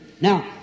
Now